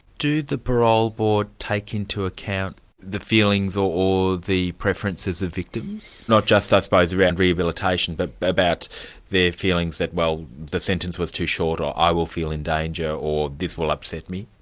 do the parole board take into account the feelings or or the preferences of victims, not just i suppose around rehabilitation, but about their feelings that well, the sentence was too short, or i will feel in danger, or this will upset me?